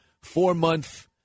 four-month